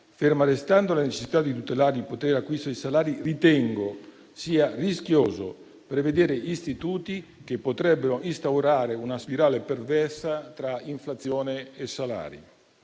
ferma restando la necessità di tutelare il potere d'acquisto dei salari, ritengo rischioso prevedere istituti che potrebbero instaurare una spirale perversa tra inflazione e salari.